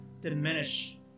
diminish